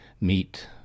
meet